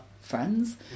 friends